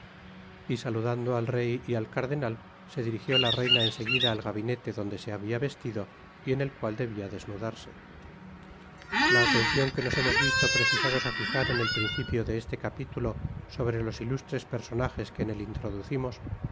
y saludando al rey y al cardenal se dirigió la reina en seguida al gabinete donde se habia vestido y en el cual debia desnudarse la atencion que nos hemos visto precisados á fijar en el principio de este capitulo sobre los ilustres personajes que en él introducimos